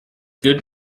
good